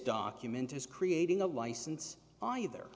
document is creating a license either